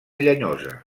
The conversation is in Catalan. llenyosa